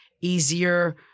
easier